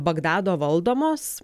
bagdado valdomos